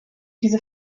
diese